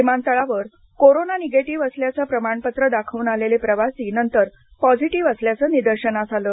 विमातळावर corona negative असल्याचं प्रमाणपत्र दाखवून आलेले प्रवासी नंतर पॉझिटीव्ह असल्याचं निदर्शनास आलं